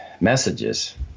messages